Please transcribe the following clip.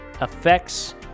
effects